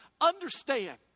Understand